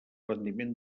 rendiment